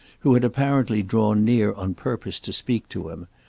who had apparently drawn near on purpose to speak to him,